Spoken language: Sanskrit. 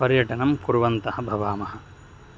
पर्यटनं कुर्वन्तः भवामः